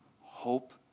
Hope